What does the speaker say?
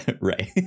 Right